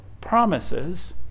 promises